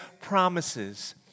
promises